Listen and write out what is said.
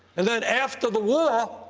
and then, after the war,